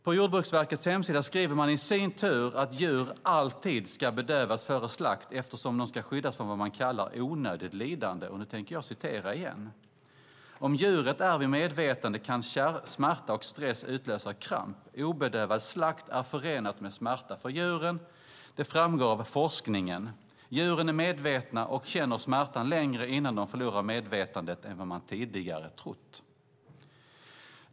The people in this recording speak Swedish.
På Jordbruksverkets hemsida skriver man i sin tur att djur alltid ska bedövas före slakt eftersom de ska skyddas från vad man kallar onödigt lidande. Man skriver: "Om djuret är vid medvetande kan smärta och stress utlösa kramp. - Obedövad slakt är förenat med smärta för djuren. Det framgår av forskningen. Djuren är medvetna och känner smärtan längre innan de förlorar medvetandet än vad man tidigare trott."